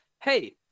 hey